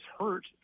hurt